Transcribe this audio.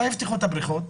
מתי יפתחו את הבריכות?